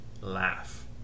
Laugh